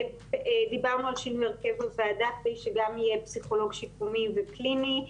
דיברנו על שינוי הרכב הוועדה כדי שגם יהיה פסיכולוג שיקומי וקליני.